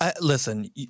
listen